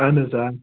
اَہَن حظ آ